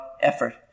effort